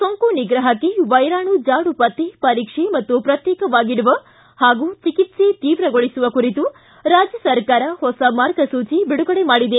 ಸೋಂಕು ನಿಗ್ರಹಕ್ಕೆ ವೈರಾಣು ಜಾಡು ಪತ್ತೆ ಪರೀಕ್ಷೆ ಮತ್ತು ಶ್ರತ್ಯೇಕವಾಗಿಡುವ ಹಾಗೂ ಚಿಕಿತ್ಸೆ ತೀವ್ರಗೊಳಿಸುವ ಕುರಿತು ರಾಜ್ಯ ಸರ್ಕಾರ ಹೊಸ ಮಾರ್ಗಸೂಚಿ ಬಿಡುಗಡೆ ಮಾಡಿದೆ